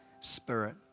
spirit